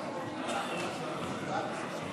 (גמלאות)